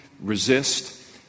resist